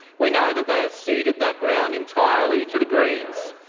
we know that they have seeded that ground entirely to the greens.